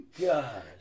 God